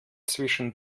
zwischen